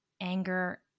anger